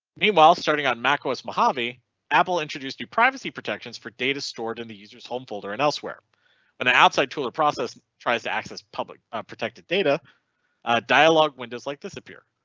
meanwhile starting on mac os mojave apple introduced new privacy protections for data stored in the users home folder and elsewhere but and outside cooler process tries to access public protected data dialogue windows like this appear.